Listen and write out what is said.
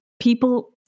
people